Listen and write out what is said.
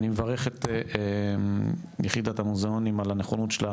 אני מברך את יחידת המוזיאונים, על הנכונות שלה